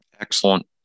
Excellent